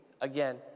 again